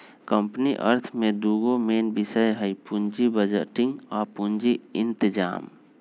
company अर्थ में दूगो मेन विषय हइ पुजी बजटिंग आ पूजी इतजाम